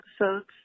episodes